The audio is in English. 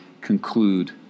conclude